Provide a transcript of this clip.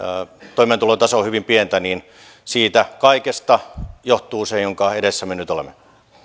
toimeentulotaso on hyvin pientä niin siitä kaikesta johtuu se jonka edessä me nyt olemme